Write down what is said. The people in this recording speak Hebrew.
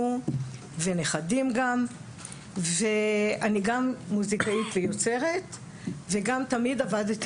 ונכדים גם ואני גם מוזיקאית ויוצרת וגם תמיד עבדתי